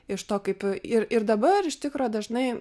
iš to kaip ir ir dabar iš tikro dažnai